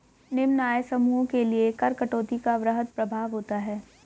निम्न आय समूहों के लिए कर कटौती का वृहद प्रभाव होता है